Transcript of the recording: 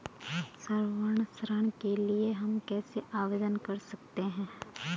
स्वर्ण ऋण के लिए हम कैसे आवेदन कर सकते हैं?